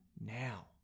now